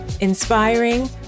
Inspiring